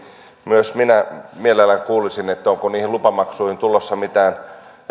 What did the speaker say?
myös minä mielelläni kuulisin onko niihin lupamaksuihin tulossa mitään